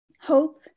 hope